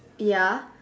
ya